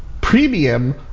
premium